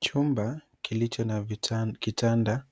Chumba, kilicho na kitanda